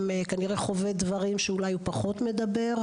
עובר או חווה דברים שכנראה גורמים לו פחות לדבר.